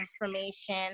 information